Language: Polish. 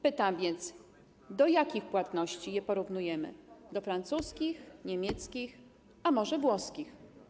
Pytam więc, do jakich płatności je porównujemy, do francuskich, niemieckich, a może włoskich?